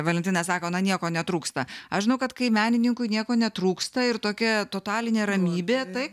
valentina sako na nieko netrūksta aš žinau kad kai menininkui nieko netrūksta ir tokia totalinė ramybė tai